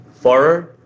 Forer